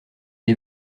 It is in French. est